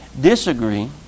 disagree